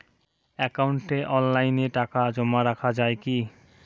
একাউন্টে অনলাইনে টাকা জমা রাখা য়ায় কি?